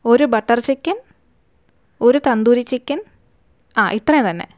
ഒരു butter chicken ഒരു tandoori chicken ആ ഇത്രയും തന്നെ